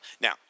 now